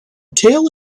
tail